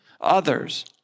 others